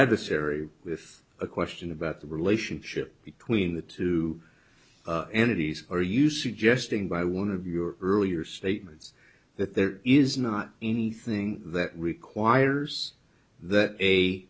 adversary with a question about the relationship between the two entities are you suggesting by one of your earlier statements that there is not anything that requires that a